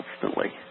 constantly